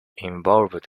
evolved